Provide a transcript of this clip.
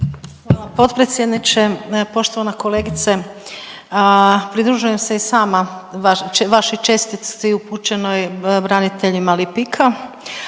potpredsjedniče, poštovana kolegice. Pridružujem se i sama vašoj čestitci upućenoj braniteljima Lipika,